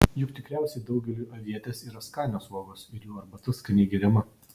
juk tikriausiai daugeliui avietės yra skanios uogos ir jų arbata skaniai geriama